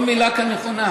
כל מילה כאן נכונה.